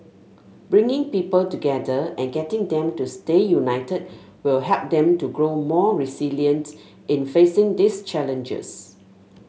bringing people together and getting them to stay united will help them to grow more resilient in facing these challenges